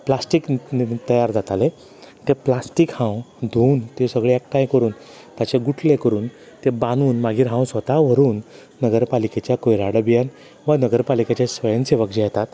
plastic नि नि तयार जातालें तें प्लास्टीक हांव धूवन सगळें एकठांय करून ताचें गुठलें करून तें बांदून मागीर हांव स्वता व्हरून नगरपालीकेच्या कोयरां ढब्ब्यान वा नगरपालीकेच्या स्वयन सेवक जें येतात